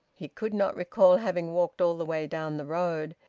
he could not recall having walked all the way down the road.